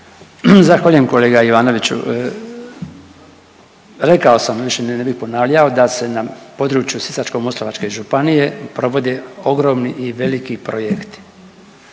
Zahvaljujem kolega Ivanoviću. Rekao sam više ne bi ponavljao da se na području Sisačko-moslavačke županije provodi ogromni i veliki projekti